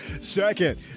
Second